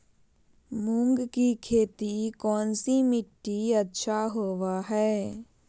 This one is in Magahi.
मूंग की खेती कौन सी मिट्टी अच्छा होबो हाय?